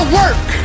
work